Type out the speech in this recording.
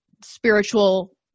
spiritual